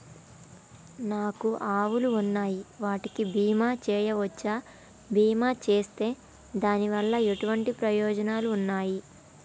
నాకు ఆవులు ఉన్నాయి వాటికి బీమా చెయ్యవచ్చా? బీమా చేస్తే దాని వల్ల ఎటువంటి ప్రయోజనాలు ఉన్నాయి?